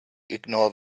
ignore